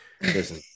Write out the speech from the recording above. listen